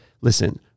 listen